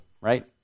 right